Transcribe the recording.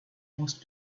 most